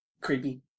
creepy